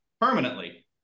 permanently